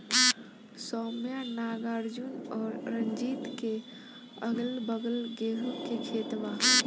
सौम्या नागार्जुन और रंजीत के अगलाबगल गेंहू के खेत बा